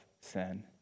sin